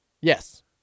Yes